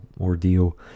ordeal